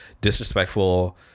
disrespectful